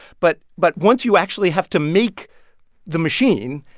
but but once you actually have to make the machine,